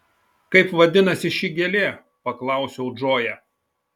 kaip vadinasi ši gėlė paklausiau džoją